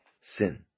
sin